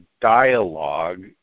dialogue